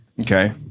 Okay